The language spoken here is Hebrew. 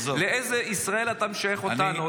לאיזה ישראל אתה משייך אותנו,